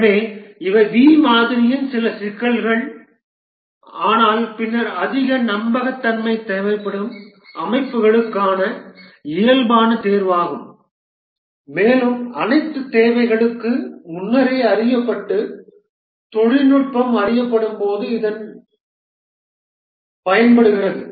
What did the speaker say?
எனவே இவை வி மாதிரியின் சில சிக்கல்கள் ஆனால் பின்னர் அதிக நம்பகத்தன்மை தேவைப்படும் அமைப்புகளுக்கான இயல்பான தேர்வாகும் மேலும் அனைத்து தேவைகளும் முன்னரே அறியப்பட்டு தொழில்நுட்பம் அறியப்படும்போது இது பயன்படுத்தப்படுகிறது